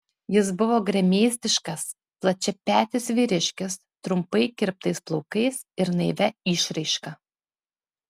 jis buvo gremėzdiškas plačiapetis vyriškis trumpai kirptais plaukais ir naivia išraiška